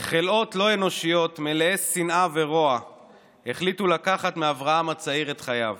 חלאות לא אנושיות מלאי שנאה ורוע החליטו לקחת מאברהם הצעיר את חייו.